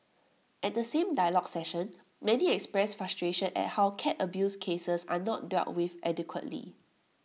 at the same dialogue session many expressed frustration at how cat abuse cases are not dealt with adequately